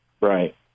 Right